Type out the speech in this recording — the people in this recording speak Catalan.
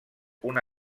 una